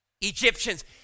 Egyptians